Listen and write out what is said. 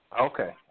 Okay